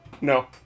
No